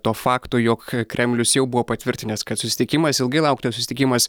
to fakto jog kremlius jau buvo patvirtinęs kad susitikimas ilgai lauktas susitikimas